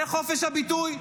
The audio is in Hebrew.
זה חופש הביטוי?